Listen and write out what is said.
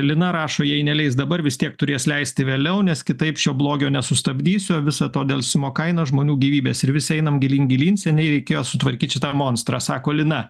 lina rašo jei neleis dabar vis tiek turės leisti vėliau nes kitaip šio blogio nesustabdysiu visa to delsimo kaina žmonių gyvybės ir visi einam gilyn gilyn seniai reikėjo sutvarkyt šitą monstrą sako lina